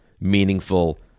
meaningful